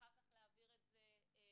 אחר כך להעביר את זה לילדים.